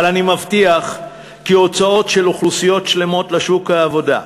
אבל אני מבטיח כי הוצאת אוכלוסיות שלמות לשוק העבודה,